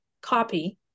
copy